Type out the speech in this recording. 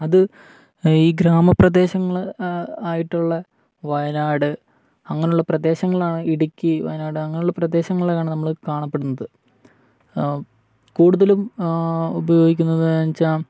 അത് ഈ ഗ്രാമപ്രദേശങ്ങള് ആയിട്ടുള്ള വയനാട് അങ്ങനെയുള്ള പ്രദേശങ്ങളിലാണ് ഇടുക്കി വയനാട് അങ്ങനെയുള്ള പ്രദേശങ്ങളിലാണ് നമ്മള് ഇത് കാണപ്പെടുന്നത് കൂടുതലും ഉപയോഗിക്കുന്നതെന്ന് വെച്ചാല്